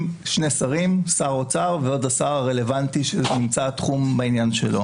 שני שרים שר אוצר והשר הרלוונטי שהעניין הרלוונטי נמצא בתחום שלו.